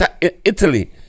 Italy